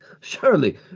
Surely